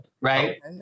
right